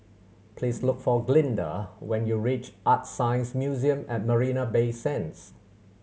please look for Glynda when you reach ArtScience Museum at Marina Bay Sands